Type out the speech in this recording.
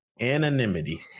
anonymity